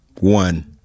one